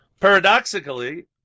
Paradoxically